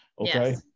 Okay